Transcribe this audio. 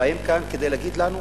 באים לכאן כדי להגיד לנו: